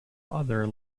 other